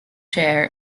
chair